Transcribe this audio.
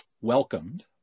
welcomed